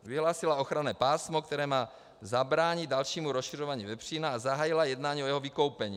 Vyhlásila ochranné pásmo, které má zabránit dalšímu rozšiřování vepřína, a zahájila jednání o jeho vykoupení.